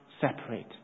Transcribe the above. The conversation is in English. separate